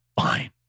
fine